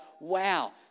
wow